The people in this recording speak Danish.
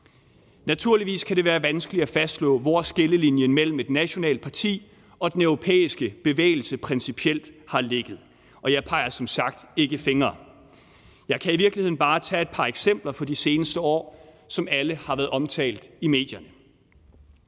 Naturligvis kan det være vanskeligt at fastslå, hvor skillelinjen mellem et nationalt parti og den europæiske bevægelse principielt har ligget – og jeg peger som sagt ikke fingre. Jeg kan i virkeligheden bare tage et par eksempler fra de seneste år, som alle har været omtalt i medierne.